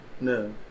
No